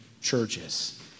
churches